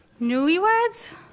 Newlyweds